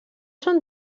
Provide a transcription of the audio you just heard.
són